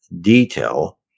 detail